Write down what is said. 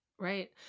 Right